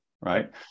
right